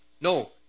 No